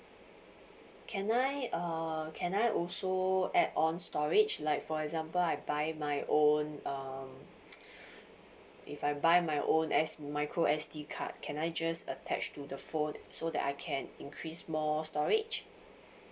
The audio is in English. can I uh can I also add on storage like for example I buy my own um if I buy my own S micro S_D card can I just attach to the phone so that I can increase more storage